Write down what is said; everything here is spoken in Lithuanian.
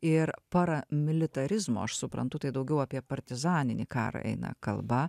ir paramilitarizmo aš suprantu tai daugiau apie partizaninį karą eina kalba